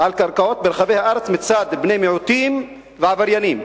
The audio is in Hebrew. על קרקעות ברחבי הארץ מצד בני מיעוטים ועבריינים".